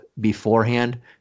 beforehand